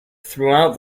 throughout